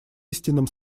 истинном